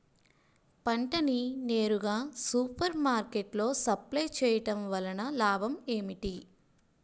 పంట ని నేరుగా సూపర్ మార్కెట్ లో సప్లై చేయటం వలన లాభం ఏంటి?